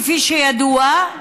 כפי שידוע,